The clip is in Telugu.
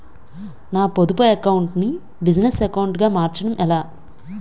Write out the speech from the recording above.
నా పొదుపు అకౌంట్ నీ బిజినెస్ అకౌంట్ గా మార్చడం ఎలా?